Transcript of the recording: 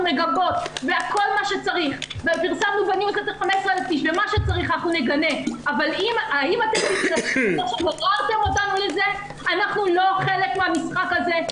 מגבות וכל מה שצריך - אנחנו נגנה אבל אנחנו לא חלק מהמשחק הזה,